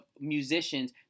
musicians